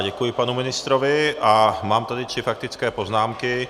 Děkuji panu ministrovi a mám tady tři faktické poznámky.